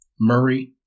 Murray